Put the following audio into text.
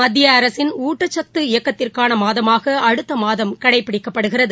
மத்திய அரசின் ஊட்டச்சத்து இயக்கத்திற்கான மாதமாக அடுத்த மாதம் கடைபிடிக்கப்படுகிறது